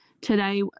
today